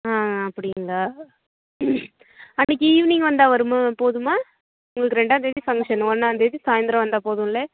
ஆ அப்படிங்களா அன்றைக்கு ஈவ்னிங் வந்தால் வருமா போதுமா உங்களுக்கு ரெண்டாம்தேதி ஃபங்க்ஷன் ஒன்றாந்தேதி சாய்ந்திரம் வந்தால் போதும்ல